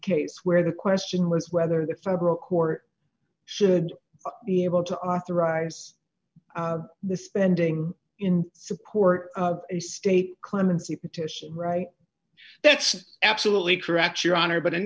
case where the question was whether the federal court should be able to authorize the spending in support of a state clemency petition right that's absolutely correct your honor but